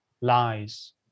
lies